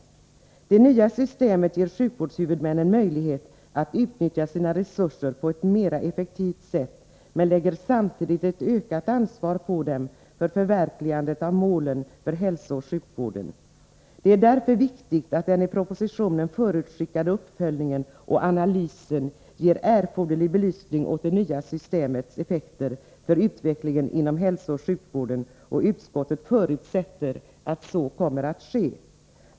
Det nya systemet ger sjukvårdshuvudmännen möjlighet att utnyttja sina resurser på ett mera effektivt sätt men lägger samtidigt ett ökat ansvar på dem för förverkligandet av målen för hälsooch sjukvården. Det är därför viktigt att deni propositionen förutskickade uppföljningen och analysen ger erforderlig belysning åt det nya systemets effekter för utvecklingen inom hälsooch sjukvården, och utskottet förutsätter att så kommer att ske.